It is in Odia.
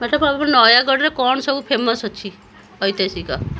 ମୋତେ କହିଲୁ ନୟାଗଡ଼ରେ କ'ଣ ସବୁ ଫେମସ୍ ଅଛି ଐତିହାସିକ